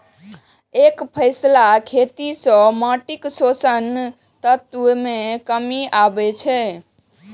एकफसला खेती सं माटिक पोषक तत्व मे कमी आबै छै